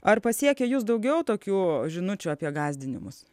ar pasiekė jus daugiau tokių žinučių apie gąsdinimus